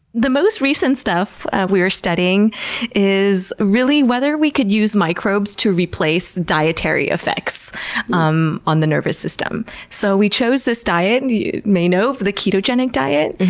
the most recent stuff we were studying is really whether we could use microbes to replace dietary effects um on the nervous system. so we chose this diet, and you may know, the ketogenic diet.